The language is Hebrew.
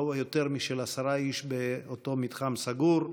לא יותר מעשרה איש באותו מתחם סגור.